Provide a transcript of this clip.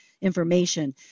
information